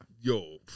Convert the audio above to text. Yo